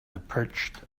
approached